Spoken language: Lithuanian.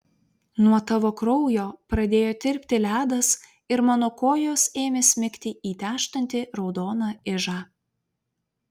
nuo tavo kraujo pradėjo tirpti ledas ir mano kojos ėmė smigti į tęžtantį raudoną ižą